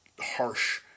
harsh